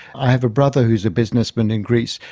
i have a brother who's a businessman in greece,